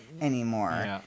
anymore